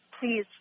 please